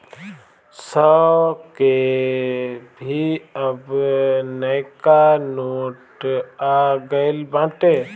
सौ के भी अब नयका नोट आ गईल बाटे